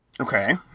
Okay